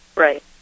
Right